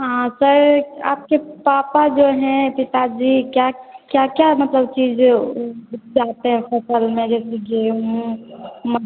हाँ सर आपके पापा जो हैं पिता जी क्या क्या क्या मतलब चीज उगाते हैं फसल में जैसे गेहूँ मक्का